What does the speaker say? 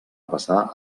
passar